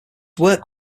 work